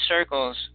circles